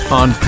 on